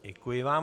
Děkuji vám.